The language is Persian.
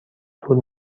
طول